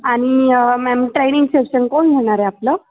आणि ma'am training session कोण घेणार आहे आपलं